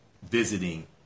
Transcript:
Visiting